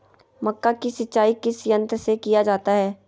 मक्का की सिंचाई किस यंत्र से किया जाता है?